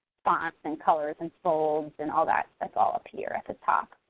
fonts, and colors and folds and all that's that's all up here at the top,